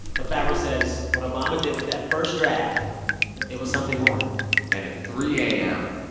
but favreau says what obama did with that first draft it was something more and at three a m,